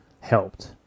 helped